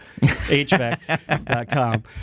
HVAC.com